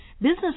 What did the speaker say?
Business